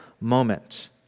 moment